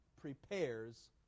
prepares